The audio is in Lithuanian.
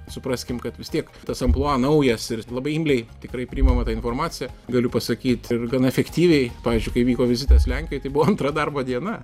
supraskim kad vis tiek tas amplua naujas ir labai imliai tikrai priimama ta informacija galiu pasakyt ir gana efektyviai pavyzdžiui kai vyko vizitas lenkijoj tai buvo antra darbo diena